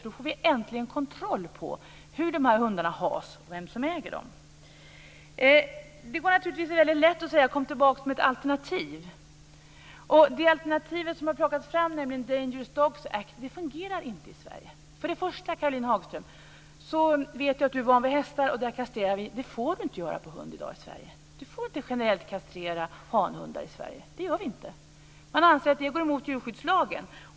Då får vi äntligen kontroll på hur de här hundarna handhas och vem som äger dem. Det går naturligtvis väldigt lätt att säga: Kom tillbaka med ett alternativ! Det alternativ som har plockats fram, nämligen Dangerous Dogs Act, fungerar inte i Sverige. Först och främst, Caroline Hagström, vet jag att du är van vid hästar. Dem kastrerar vi. Det får vi inte göra på hund i dag i Sverige. Du får inte generellt kastrera hanhundar i Sverige. Det gör vi inte. Man anser att det går emot djurskyddslagen.